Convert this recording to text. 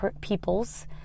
peoples